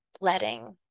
letting